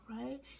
right